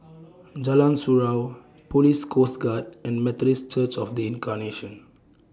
Jalan Surau Police Coast Guard and Methodist Church of The Incarnation